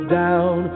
down